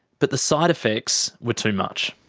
but the side effects were too much.